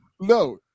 no